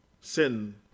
Sin